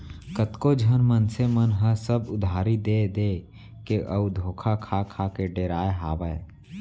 कतको झन मनसे मन ह सब उधारी देय देय के अउ धोखा खा खा डेराय हावय